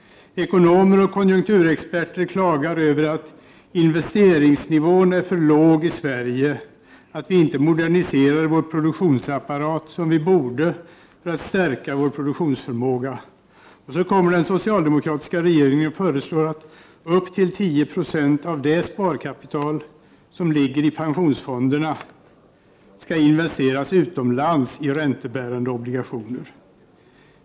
Ekonomer och konjunkturexperter klagar över att investeringsnivån är för låg i Sverige och över att vi inte moderniserar vår produktionsapparat som vi borde för att stärka vår produktionsförmåga. Då kommer den socialdemokratiska regeringen och föreslår att upp till 10 26 av det sparkapital som ligger i pensionsfonderna skall investeras utomlands i räntebärande obligationer.